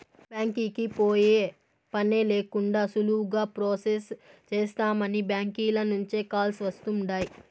బ్యాంకీకి పోయే పనే లేకండా సులువుగా ప్రొసెస్ చేస్తామని బ్యాంకీల నుంచే కాల్స్ వస్తుండాయ్